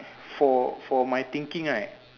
for for my thinking right